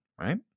Right